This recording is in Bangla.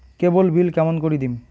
কেবল বিল কেমন করি দিম?